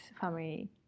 family